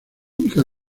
única